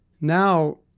Now